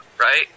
right